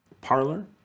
parlor